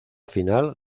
final